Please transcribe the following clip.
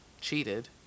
Cheated